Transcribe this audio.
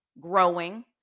growing